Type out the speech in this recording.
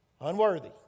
Unworthy